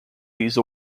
these